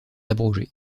abrogé